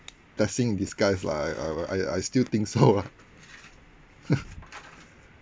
blessing in disguise lah I I I I still think so lah